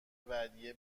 ودیعه